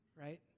Right